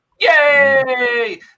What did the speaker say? Yay